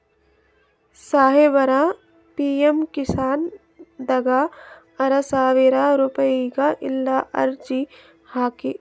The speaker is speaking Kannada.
ಸಾಹೇಬರ, ಪಿ.ಎಮ್ ಕಿಸಾನ್ ದಾಗ ಆರಸಾವಿರ ರುಪಾಯಿಗ ಎಲ್ಲಿ ಅರ್ಜಿ ಹಾಕ್ಲಿ?